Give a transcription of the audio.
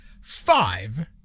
five